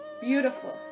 Beautiful